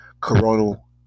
coronal